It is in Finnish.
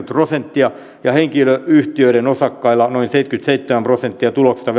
prosenttia ja henkilöyhtiöiden osakkailla noin seitsemänkymmentäseitsemän prosenttia tuloksesta